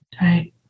right